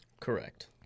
Correct